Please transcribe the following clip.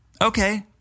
Okay